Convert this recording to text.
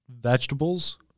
vegetables